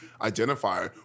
identify